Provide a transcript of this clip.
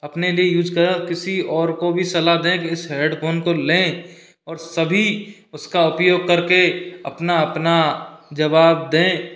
अपने लिए यूज करें और किसी और को भी सलाह दें कि इस हेडफोन को लें और सभी उसका उपयोग करके अपना अपना जवाब दें